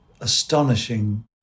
astonishing